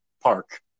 Park